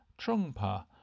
Trungpa